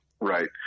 right